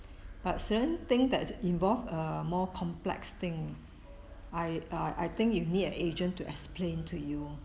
but certain thing that' involved uh more complex thing I uh I think you need an agent to explain to you